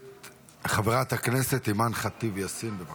חברת הכנסת אימאן ח'טיב יאסין, בבקשה.